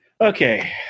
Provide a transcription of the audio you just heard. Okay